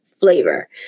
Flavor